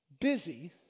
Busy